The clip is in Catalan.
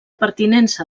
pertinença